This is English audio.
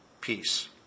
peace